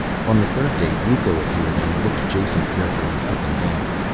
on the third day, brucco appeared and looked jason carefully up and down.